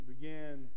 began